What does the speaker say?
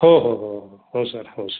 हो हो हो हो हो सर हो सर